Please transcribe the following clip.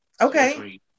Okay